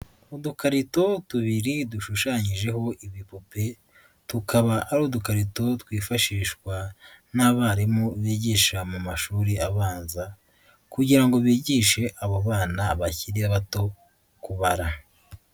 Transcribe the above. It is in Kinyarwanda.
Udukarito tubiri dushushanyijeho ibipupe tukaba ari udukarito twifashishwa n'abarimu bigisha mu mashuri abanza kugira ngo bigishe abo bana bakiri bato kubara.